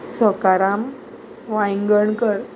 Sakaram Wayangankar